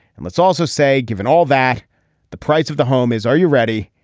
and let's also say given all that the price of the home is are you ready.